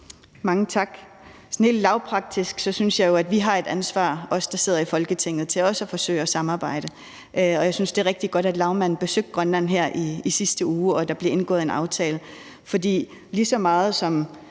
Mange tak. Helt lavpraktisk synes jeg jo, at vi, der sidder i Folketinget, har et ansvar til også at forsøge at samarbejde, og jeg synes, at det er rigtig godt, at lagmanden besøgte Grønland her i sidste uge, og at der blev indgået en aftale. For lige så meget som